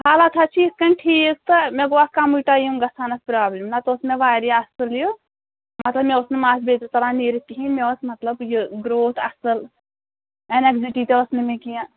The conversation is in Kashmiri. حالات حَظ چھِ یِتھ کٔنۍ ٹھیٖکھ تہٕ مےٚ گوٚو اَتھ کَمٕے ٹایم گژھان اَتھ پرابلِم نَتہٕ اوس مےٚ واریاہ اَصٕل یہِ مطلب مےٚ اوس نہٕ مَس بیٚترِ ژَلان نیٖرِتھ کِہیٖنۍ مےٚ ٲس مطلب یہِ گرٛوتھ اَصٕل اینکزِٹی تہِ ٲس نہٕ مےٚ کینٛہہ